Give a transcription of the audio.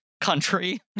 country